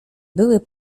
były